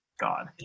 God